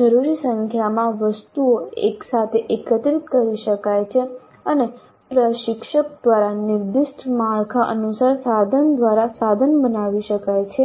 જરૂરી સંખ્યામાં વસ્તુઓ એકસાથે એકત્રિત કરી શકાય છે અને પ્રશિક્ષક દ્વારા નિર્દિષ્ટ માળખા અનુસાર સાધન દ્વારા સાધન બનાવી શકાય છે